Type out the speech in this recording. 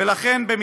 ולכן, אם